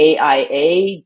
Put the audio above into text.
AIA